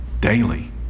daily